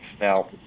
Now